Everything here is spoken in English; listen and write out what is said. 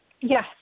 Yes